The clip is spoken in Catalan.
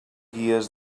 guies